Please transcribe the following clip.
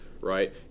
right